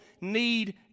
need